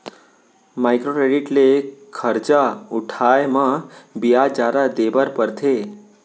micro credit ले खरजा उठाए म बियाज जादा देबर परथे